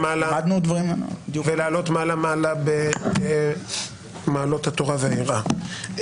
-- ואנא המשיכו להתקדם ולעלות מעלה-מעלה במעלות התורה והיראה.